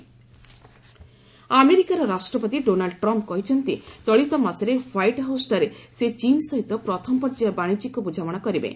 US China trade ଆମେରିକାର ରାଷ୍ଟ୍ରପତି Donald Trump କହିଛନ୍ତି ଚଳିତ ମାସରେ ହ୍ପାଇଟ୍ ହାଉସ୍ଠାରେ ସେ ଚୀନ୍ ସହିତ ପ୍ରଥମ ପର୍ଯ୍ୟାୟ ବାଣିଜ୍ୟିକ ବୁଝାମଣା କରିବେ